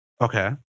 Okay